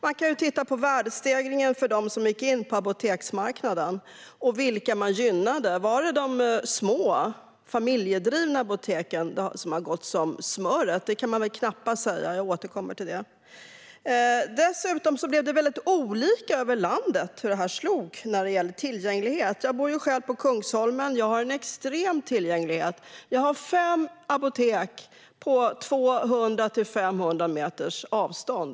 Man kan ju titta på värdestegringen för dem som gick in på apoteksmarknaden och vilka man gynnade. Är det de små familjedrivna apoteken som har kommit upp i smöret? Det kan man väl knappast säga. Jag återkommer till det. Dessutom slog avregleringen väldigt olika över landet när det gäller tillgänglighet. Jag bor på Kungsholmen och har extremt hög tillgänglighet - jag har fem apotek på 200-500 meters avstånd.